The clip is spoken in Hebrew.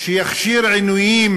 שיכשיר עינויים,